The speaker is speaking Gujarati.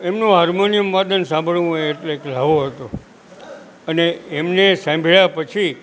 એમનું હાર્મોનિયમવાદન સાંભળવું એટલે એક લ્હાવો હતો અને એમને સાંભળ્યા પછી